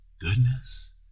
goodness